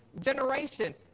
generation